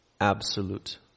Absolute